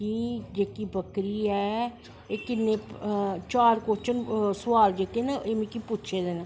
एह् जेह्की बकरी ऐ चार सोआल मिगीगी पुच्छे दे न